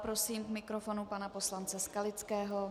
Prosím k mikrofonu pana poslance Skalického.